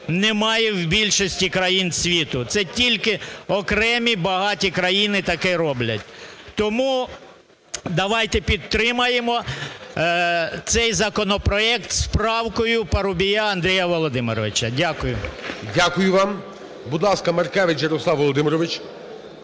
немає в більшості країн світу. Це тільки окремі багаті країни таке роблять. Тому давайте підтримаємо цей законопроект з правкою Парубія Андрія Володимировича. Дякую. ГОЛОВУЮЧИЙ. Дякую вам. Будь ласка, Маркевич Ярослав Володимирович.